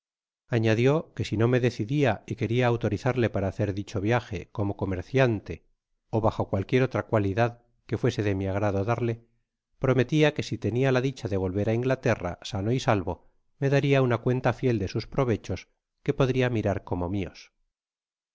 canadá que horroriza solo el leerlas y que solo son capaces los ingleses nota del t e bajo cualquiera otra cualidad que fuese de mi agrado darle prometia que si tenia la dicha de volver á inglaterra sano y salvo me daría una cuenta fiel de sus provechos que podria mirar como mios